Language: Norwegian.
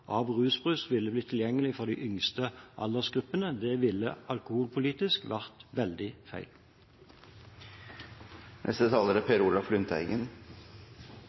av rusbrus ville blitt tilgjengelig for de yngste aldersgruppene. Det ville alkoholpolitisk vært veldig feil. Det er